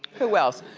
who else?